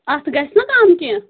اتھ گَژھِ نا کم کینہہ